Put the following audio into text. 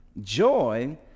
joy